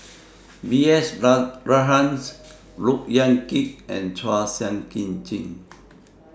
B S Rajhans Look Yan Kit and Chua Sian Chin